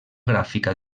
gràfica